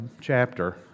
chapter